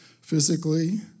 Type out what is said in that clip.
physically